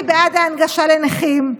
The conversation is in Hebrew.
אני בעד ההנגשה לנכים,